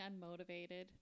unmotivated